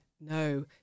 no